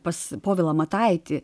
pas povilą mataitį